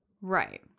right